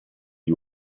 gli